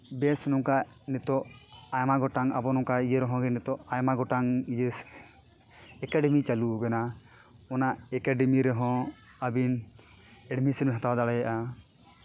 ᱵᱮᱥ ᱱᱚᱝᱠᱟ ᱱᱤᱛᱚᱜ ᱟᱭᱢᱟ ᱜᱚᱴᱟᱝ ᱟᱵᱚ ᱱᱚᱝᱠᱟ ᱤᱭᱟᱹ ᱨᱮᱦᱚᱸ ᱟᱭᱢᱟ ᱜᱚᱴᱟᱝ ᱤᱭᱟᱹ ᱮᱠᱟᱰᱮᱢᱤ ᱪᱟᱹᱞᱩ ᱠᱟᱱᱟ ᱚᱱᱟ ᱮᱠᱟᱰᱮᱢᱤ ᱨᱮᱦᱚᱸ ᱟᱹᱵᱤᱱ ᱮᱰᱢᱤᱥᱚᱱ ᱦᱟᱛᱟᱣ ᱫᱟᱲᱮᱭᱟᱜᱼᱟ